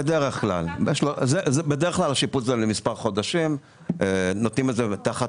בדרך כלל השיפוץ הוא למספר חודשים; נותנים את זה תחת